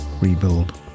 rebuild